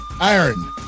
iron